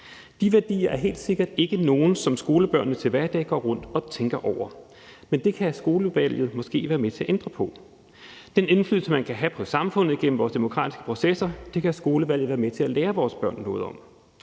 De værdier er helt sikkert ikke nogen, som skolebørnene til hverdag går rundt og tænker over, men det kan skolevalget måske være med til at ændre på. Den indflydelse, man kan have på samfundet gennem vores demokratiske processer, kan skolevalget være med til at lære vores børn noget om.